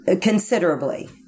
considerably